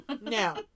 Now